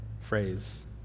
phrase